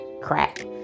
crack